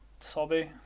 Sobby